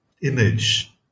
image